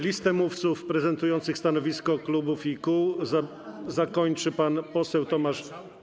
Listę mówców prezentujących stanowiska klubów i kół zakończy pan poseł Tomasz.